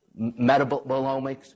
metabolomics